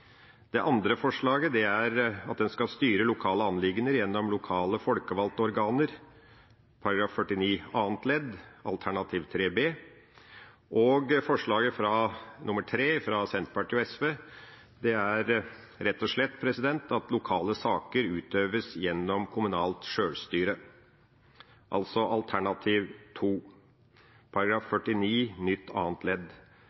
Det andre forslaget er at en skal styre lokale anliggender gjennom lokale folkevalgte organer, § 49 andre ledd – alternativ 3 B. Forslag nummer 3, fra Senterpartiet og SV, er rett og slett at lokale saker utøves gjennom kommunalt sjølstyre, altså alternativ 2 –§ 49 nytt andre ledd.